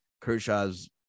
Kershaw's